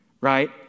right